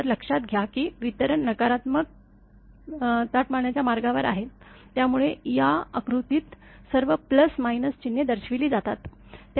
तर लक्षात घ्या की वितरण नकारात्मक ताटमानाच्या मार्गावर आहेत त्यामुळे या आकृतीत सर्व प्लस मायनस चिन्हे दर्शविली जातात